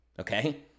okay